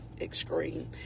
extreme